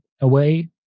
away